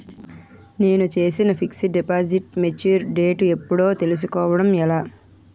నేను చేసిన fixed deposit mature date ఎప్పుడో తెల్సుకోవడం ఎలా?